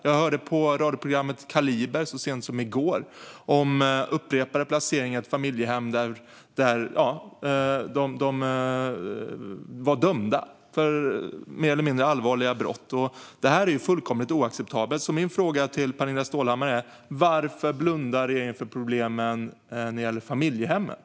Jag lyssnade så sent som i går på radioprogrammet Kaliber om upprepade placeringar i ett familjehem där de var dömda för mer eller mindre allvarliga brott. Det är fullkomligt oacceptabelt. Min fråga till Pernilla Stålhammar är: Varför blundar regeringen för problemen när det gäller familjehemmen?